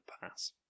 pass